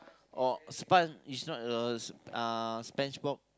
oh sponge is not a uh SpongeBob